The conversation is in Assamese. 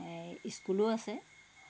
স্কুলো আছে